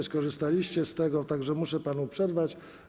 nie skorzystaliście z tego, tak że muszę panu przerwać.